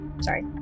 Sorry